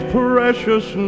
precious